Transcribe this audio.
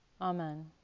Amen